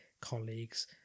colleagues